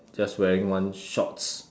just wearing one shorts